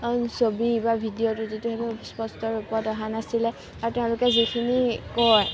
ছবি বা ভিডিও যিটো স্পষ্ট ৰূপত অহা নাছিলে আৰু তেওঁলোকে যিখিনি কয়